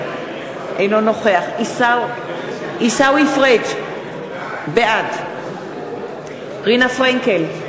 אינו נוכח עיסאווי פריג' בעד רינה פרנקל,